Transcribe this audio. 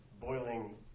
boiling